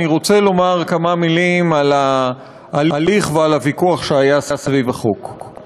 אני רוצה לומר כמה מילים על ההליך ועל הוויכוח שהיה סביב החוק.